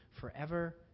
forever